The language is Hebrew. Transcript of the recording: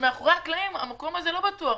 שמאחורי הקלעים המקום הזה לא בטוח.